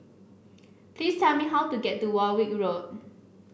please tell me how to get to Warwick Road